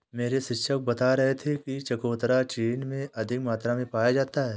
मेरे शिक्षक बता रहे थे कि चकोतरा चीन में अधिक मात्रा में पाया जाता है